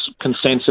consensus